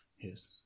Yes